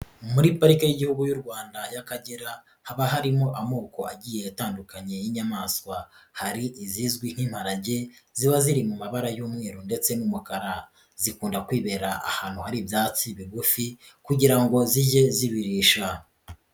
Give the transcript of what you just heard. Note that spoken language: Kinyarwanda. Muri pariki y'Igihugu y'u Rwanda y'Akagera haba harimo amoko agiye atandukanye y'inyamaswa, hari izizwi nk'imparage ziba ziri mu mabara y'umweru ndetse n'umukara, zikunda kwibera ahantu hari ibyatsi bigufi kugira ngo zijye zibirisha.